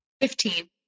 Fifteen